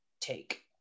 take